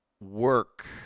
work